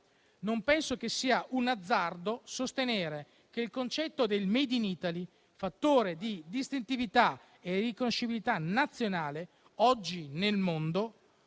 Non penso che sia un azzardo sostenere che il concetto di *made in Italy*, fattore di distintività e riconoscibilità nazionale oggi nel mondo,